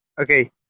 Okay